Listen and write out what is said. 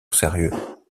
sérieux